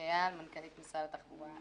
אני מנכ"לית משרד התחבורה.